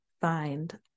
find